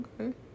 Okay